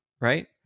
right